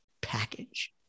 package